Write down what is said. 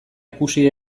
ikusi